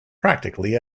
practically